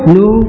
no